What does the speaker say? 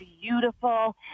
beautiful